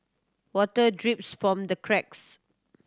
water drips from the cracks